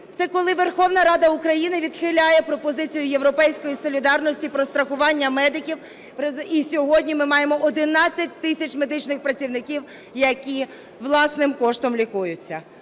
Це коли Верховна Рада України відхиляє пропозицію "Європейської солідарності" про страхування медиків, і сьогодні ми маємо 11 тисяч медичних працівників, які власним коштом лікуються.